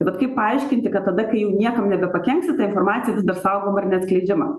bet kaip paaiškinti kad tada kai jau niekam nebe pakenksite informacija vis dar saugoma ir neatskleidžiama